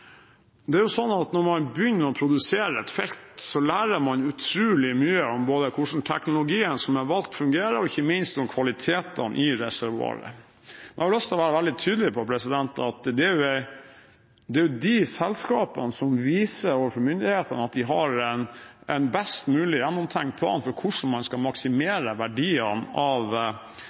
er valgt, fungerer, og ikke minst om kvaliteten i reservoaret. Jeg har lyst til å være veldig tydelig på at det er de selskapene som viser overfor myndighetene at de har en best mulig gjennomtenkt plan for hvordan man skal